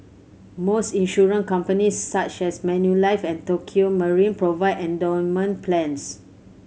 most insurance companies such as Manulife and Tokio Marine provide endowment plans